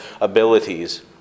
abilities